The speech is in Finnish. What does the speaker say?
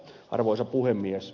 arvoisa puhemies